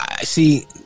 See